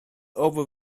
over